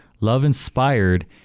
love-inspired